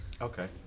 Okay